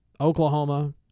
Oklahoma